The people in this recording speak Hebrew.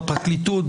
בפרקליטות,